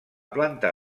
planta